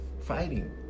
fighting